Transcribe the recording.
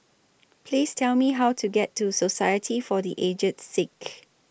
Please Tell Me How to get to Society For The Aged Sick